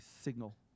signal